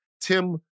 Tim